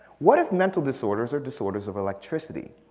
what if mental disorders are disorders of electricity?